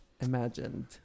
imagined